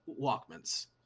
Walkman's